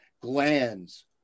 glands